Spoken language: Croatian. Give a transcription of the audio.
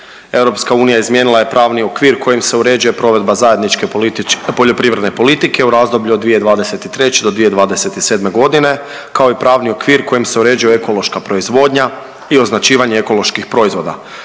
EU izmijenila je pravni okvir kojim se uređuje provedba zajedničke političk…, poljoprivredne politike u razdoblju od 2023. do 2027.g., kao i pravni okvir kojim se uređuje ekološka proizvodnja i označivanje ekoloških proizvoda.